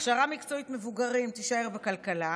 הכשרה מקצועית למבוגרים תישאר בכלכלה,